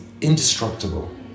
indestructible